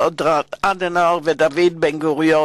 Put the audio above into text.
קונרד אדנאואר ודוד בן-גוריון,